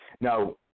Now